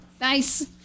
Nice